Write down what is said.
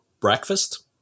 breakfast